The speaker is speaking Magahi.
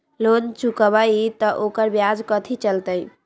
लोन चुकबई त ओकर ब्याज कथि चलतई?